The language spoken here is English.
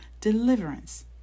deliverance